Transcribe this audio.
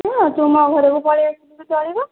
ତୁ ମୋ ଘରକୁ ପଳାଇ ଆସିଲେ ଚଳିବ